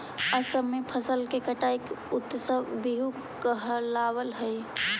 असम में फसल के कटाई के उत्सव बीहू कहलावऽ हइ